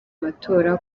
matora